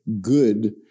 good